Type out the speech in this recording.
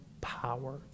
power